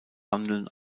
handeln